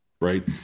Right